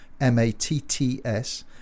m-a-t-t-s